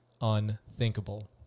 unthinkable